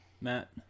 Matt